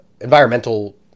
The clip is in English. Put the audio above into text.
environmental